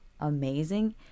amazing